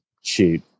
Shoot